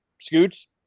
scoots